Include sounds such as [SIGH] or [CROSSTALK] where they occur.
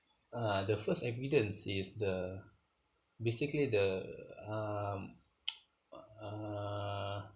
uh the first evidence is the basically the um [NOISE] uh